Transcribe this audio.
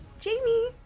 jamie